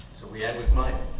so we end with mike.